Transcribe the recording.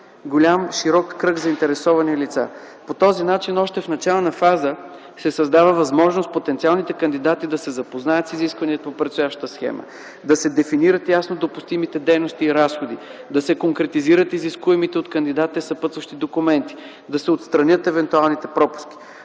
голям широк кръг заинтересовани лица. По този начин още в начална фаза се създава възможност потенциалните кандидати да се запознаят с изискването в предстоящата схема, да се дефинират ясно допустимите дейности и разходи, да се конкретизират изискуемите от кандидата съпътстващи документи, да се отстранят евентуалните пропуски.